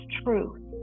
truth